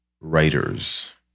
writers